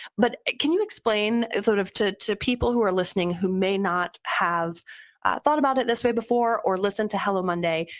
but can you explain sort of to to people who are listening who may not have thought about it this way before or listen to hello monday,